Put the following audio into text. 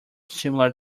similar